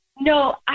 no